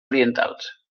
orientals